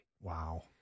Wow